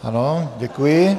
Ano, děkuji.